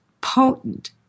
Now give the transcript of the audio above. potent